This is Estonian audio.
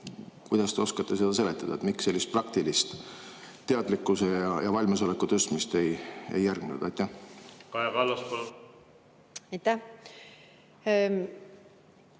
Kas te oskate seletada, miks sellist praktilist teadlikkuse ja valmisoleku tõstmist ei järgnenud? Aitäh,